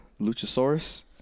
luchasaurus